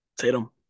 Tatum